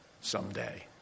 someday